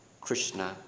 Krishna